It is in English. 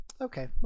Okay